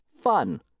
fun